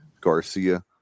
Garcia